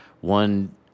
one